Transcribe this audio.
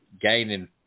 gaining